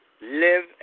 live